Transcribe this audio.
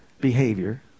behavior